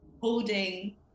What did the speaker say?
holding